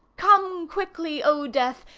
come quickly, o death!